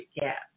gap